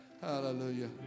Hallelujah